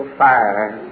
fire